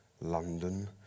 London